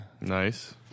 Nice